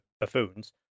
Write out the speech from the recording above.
buffoons